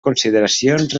consideracions